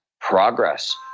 progress